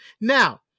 Now